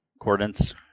coordinates